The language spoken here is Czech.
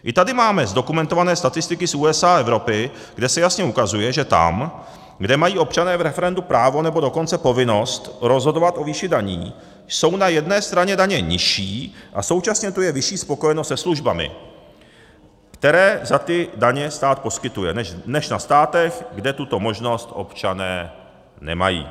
I tady máme zdokumentované statistiky z USA a Evropy, kde se jasně ukazuje, že tam, kde mají občané v referendu právo, nebo dokonce povinnost rozhodovat o výši daní, jsou na jedné straně daně nižší a současně tu je vyšší spokojenost se službami, které za ty daně stát poskytuje, než ve státech, kde tuto možnost občané nemají.